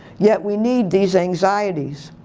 yet we need these anxieties.